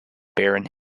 barron